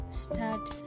start